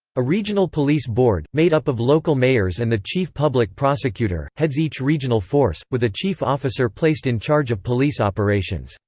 a regional police board, made up of local mayors and the chief public prosecutor, heads each regional force, with a chief officer placed in charge of police operations.